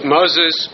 Moses